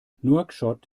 nouakchott